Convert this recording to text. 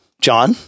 John